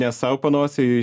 ne sau panosėj